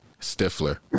Stifler